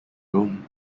rome